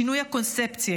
שינוי הקונספציה,